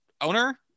owner